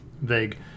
vague